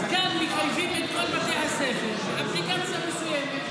אז כאן מחייבים את כל בתי הספר באפליקציה מסוימת.